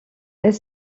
est